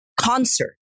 concert